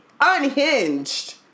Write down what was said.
unhinged